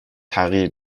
تغییر